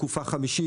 תקופה חמישית.